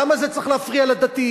למה זה צריך להפריע לדתיים?